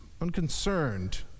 unconcerned